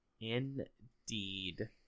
Indeed